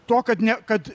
to kad ne kad